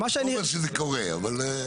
אני לא אומר שזה קורה אבל...